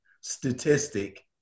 statistic